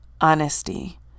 honesty